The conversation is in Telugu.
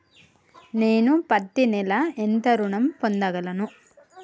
నేను పత్తి నెల ఎంత ఋణం పొందగలను?